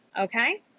Okay